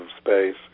space